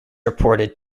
reputed